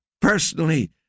personally